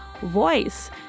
voice